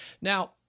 Now